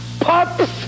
Pups